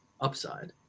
upside